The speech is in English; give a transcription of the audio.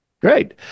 Great